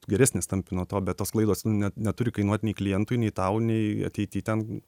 geresnis tampi nuo to bet tos klaidos nu ne neturi kainuot nei klientui nei tau nei ateity ten